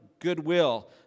goodwill